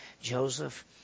Joseph